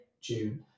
June